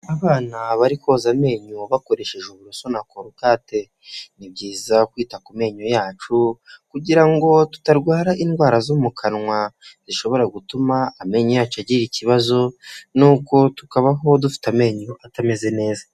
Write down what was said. Abana bari koza amenyo bakoresheje uburoso na corogate,, ni byiza kwita ku menyo yacu kugira ngo tutarwara indwara zo mu kanwa zishobora gutuma amenyo yacu agira ikibazo nuko tukabaho dufite amenyo atameze neza.